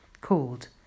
called